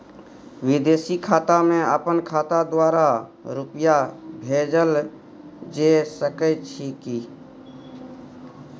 विदेशी खाता में अपन खाता द्वारा रुपिया भेजल जे सके छै की?